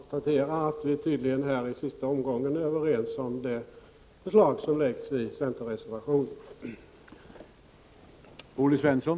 Herr talman! Jag ber att få konstatera att vi tydligen i sista omgången är överens om det förslag som läggs fram i centerreservationen.